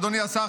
אדוני השר,